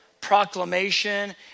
proclamation